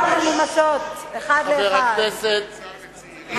חבר הכנסת בר-און,